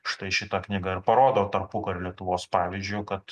štai šita knyga ir parodo tarpukario lietuvos pavyzdžiu kad